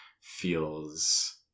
feels